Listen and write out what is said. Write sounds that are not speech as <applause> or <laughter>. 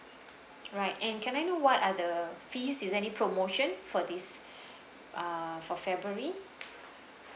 right and can I know what are the fees is any promotion for this <breath> uh for february